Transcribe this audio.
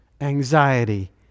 anxiety